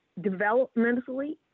developmentally